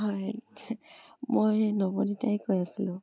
হয় মই নৱনিতাই কৈ আছিলোঁ